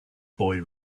boy